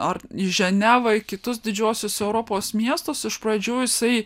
ar į ženevą į kitus didžiuosius europos miestus iš pradžių jisai